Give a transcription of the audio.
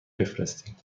بفرستیم